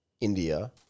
India